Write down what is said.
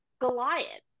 Goliath